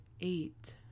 eight